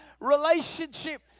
relationship